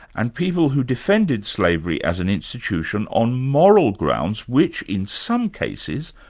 and people who defended slavery as an institution on moral grounds, which, in some cases,